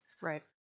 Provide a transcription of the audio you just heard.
Right